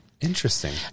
Interesting